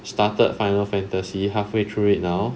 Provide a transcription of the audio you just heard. started final fantasy halfway through it now